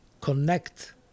connect